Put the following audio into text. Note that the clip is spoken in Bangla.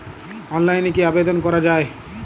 অনলাইনে কি আবেদন করা য়ায়?